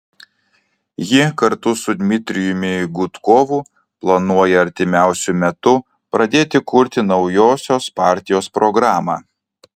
ji kartu su dmitrijumi gudkovu planuoja artimiausiu metu pradėti kurti naujosios partijos programą